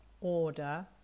order